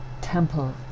Temple